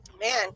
man